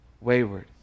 wayward